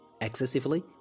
excessively